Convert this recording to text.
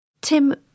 Tim